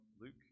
Luke